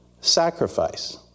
sacrifice